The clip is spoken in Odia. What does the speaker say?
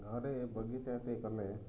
ଘରେ ବଗିଚାଟେ କଲେ